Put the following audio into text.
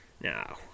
Now